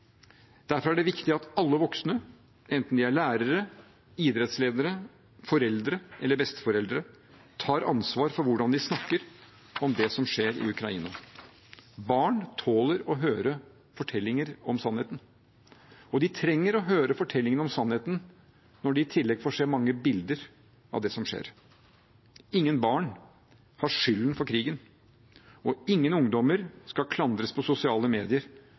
Derfor er det viktig at alle voksne – enten de er lærere, idrettsledere, foreldre eller besteforeldre – tar ansvar for hvordan de snakker om det som skjer i Ukraina. Barn tåler å høre fortellinger om sannheten. De trenger å høre fortellingen om sannheten når de i tillegg får se mange bilder av det som skjer. Ingen barn har skylden for krigen, og ingen ungdommer skal klandres på sosiale medier